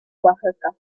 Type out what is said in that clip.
oaxaca